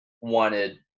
wanted